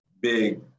big